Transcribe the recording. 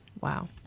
Wow